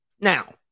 Now